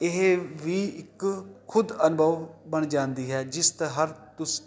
ਇਹ ਵੀ ਇੱਕ ਖੁਦ ਅਨੁਭਵ ਬਣ ਜਾਂਦੀ ਹੈ ਜਿਸਤ ਹਰ ਤੁਸ